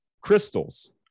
crystals